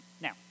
Now